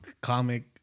comic